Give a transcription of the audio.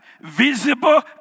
visible